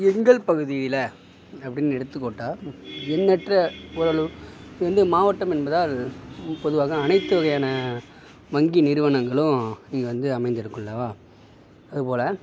எங்கள் பகுதியில் அப்டின்னு எடுத்துக்கோட்டா எண்ணற்ற ஓரளவு இது வந்து மாவட்டம் என்பதால் பொதுவாக அனைத்து வகையான வங்கி நிறுவனங்களும் இங்கே வந்து அமைந்திருக்குமல்லவா அதுபோல்